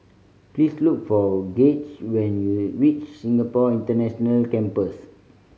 please look for Gaige when you reach Singapore International Campus